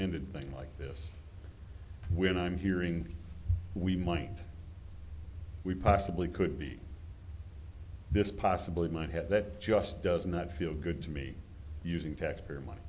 ended thing like this when i'm hearing we might we possibly could be this possibly my head that just does not feel good to me using taxpayer money